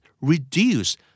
reduce